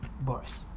boris